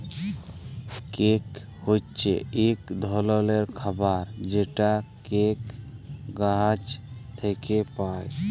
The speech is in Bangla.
কোক হছে ইক ধরলের খাবার যেটা কোক গাহাচ থ্যাইকে পায়